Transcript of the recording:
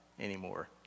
anymore